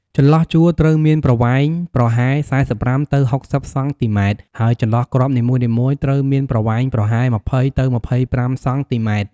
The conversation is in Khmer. ចន្លោះជួរត្រូវមានប្រវែងប្រហែល ៤៥ ទៅ ៦០ សង់ទីម៉ែត្រ ហើយចន្លោះគ្រាប់នីមួយៗត្រូវមានប្រវែងប្រហែល ២០ ទៅ ២៥ សង់ទីម៉ែត្រ។